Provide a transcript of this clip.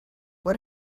what